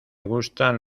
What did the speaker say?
gustan